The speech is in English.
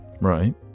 Right